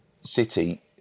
City